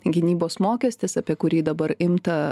gynybos mokestis apie kurį dabar imta